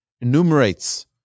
enumerates